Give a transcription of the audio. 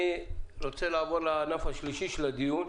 אני רוצה לעבור לענף השלישי של הדיון,